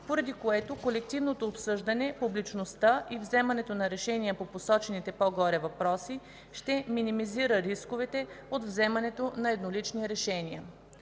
поради което колективното обсъждане, публичността и вземането на решения по посочените по-горе въпроси ще минимизира рисковете от вземането на еднолични решения.